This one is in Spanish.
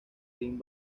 rin